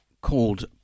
called